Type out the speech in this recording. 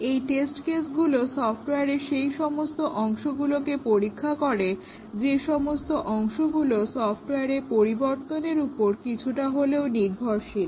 এই টেস্ট কেসগুলো সফটওয়ারের সেই সমস্ত অংশগুলোকে পরীক্ষা করে যে সমস্ত অংশগুলো সফটওয়ারের পরিবর্তনের উপর কিছুটা হলেও নির্ভরশীল